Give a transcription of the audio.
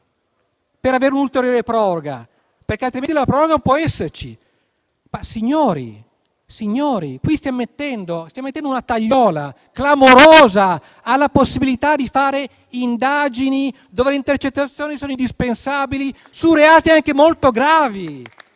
per avere un'ulteriore proroga, altrimenti questa non può esserci. Colleghi, si sta mettendo una tagliola clamorosa alla possibilità di fare indagini, nelle quali intercettazioni sono indispensabili, su reati anche molto gravi.